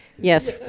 Yes